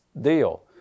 deal